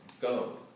go